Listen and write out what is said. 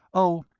oh,